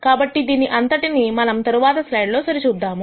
కాబట్టి దీని అంతటిని మనం తరువాత స్లైడ్లో సరిచూద్దాం